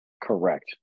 Correct